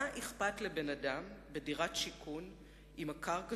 מה אכפת לאדם שמתגורר בדירת שיכון אם הקרקע